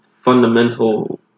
fundamental